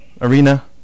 arena